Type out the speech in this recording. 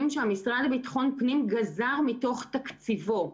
שהמשרד לביטחון פנים גזר מתוך תקציבו.